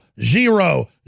zero